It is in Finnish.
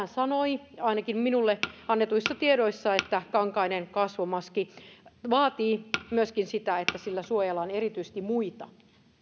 sanoi ainakin minulle annetuissa tiedoissa että kankainen kasvomaski vaatii myöskin sitä että sillä suojellaan erityisesti muita